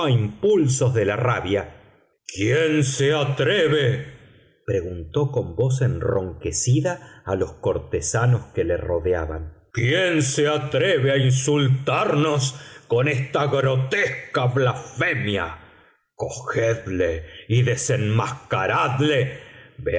impulsos de la rabia quién se atreve preguntó con voz enronquecida a los cortesanos que le rodeaban quién se atreve a insultarnos con esta grotesca blasfemia cogedle y desenmascaradle